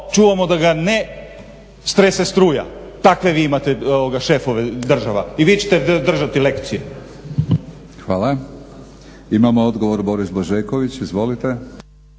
čuvamo da ga ne strese struja. Takve vi imate šefove država i vi ćete držati lekcije. **Batinić, Milorad (HNS)** Hvala. Imamo odgovor, Boris Blažeković. Izvolite.